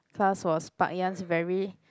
class was fucki~ yes very